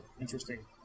interesting